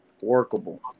workable